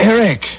Eric